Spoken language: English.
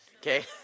okay